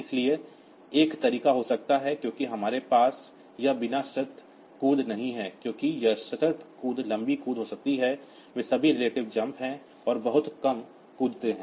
इसलिए यह एक तरीका हो सकता है क्योंकि हमारे पास यह बिना शर्त जंप नहीं है क्योंकि यह सशर्त जंप लंबी जंप हो सकती है वे सभी रिलेटिव जंप हैं और बहुत कम जंपते हैं